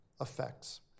effects